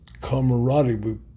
camaraderie